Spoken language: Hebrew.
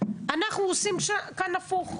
אנחנו עושים כאן הפוך.